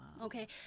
Okay